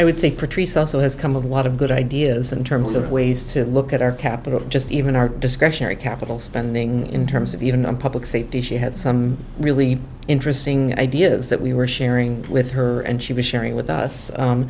i would say progress also has come of what a good ideas in terms of ways to look at our capital just even our discretionary capital spending in terms of even on public safety she had some really interesting ideas that we were sharing with her and she was sharing with us